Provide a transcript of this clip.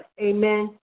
Amen